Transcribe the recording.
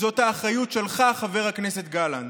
זאת האחריות שלך, חבר הכנסת גלנט.